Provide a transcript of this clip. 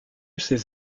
ses